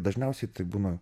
dažniausiai tai būna